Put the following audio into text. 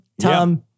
Tom